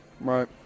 Right